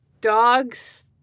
dogs